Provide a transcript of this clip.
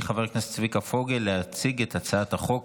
חבר הכנסת צביקה פוגל להציג את הצעת החוק.